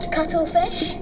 Cuttlefish